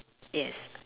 yes